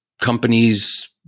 companies –